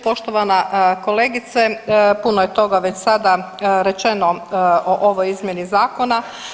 Poštovana kolegice puno je toga već sada rečeno o ovoj izmjeni zakona.